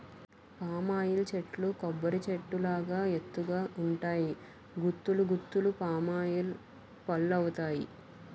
palm oil చెట్లు కొబ్బరి చెట్టు లాగా ఎత్తు గ ఉంటాయి గుత్తులు గుత్తులు పామాయిల్ పల్లువత్తాయి